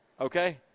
okay